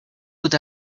would